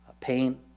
pain